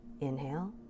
Inhale